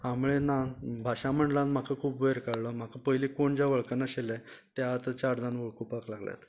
हांवेन म्हळें ना भाशा मंडळान म्हाका खूब वयर काडलो म्हाका पयली कोण जे वळखनाशिल्ले ते आता चार जाण वळखुपाक लागल्यात